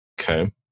Okay